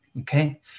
Okay